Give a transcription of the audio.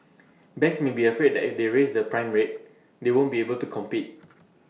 banks may be afraid that if they raise the prime rate they won't be able to compete